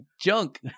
junk